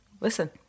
Listen